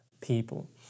people